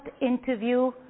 interview